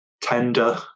tender